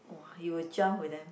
[wah] you will jump with them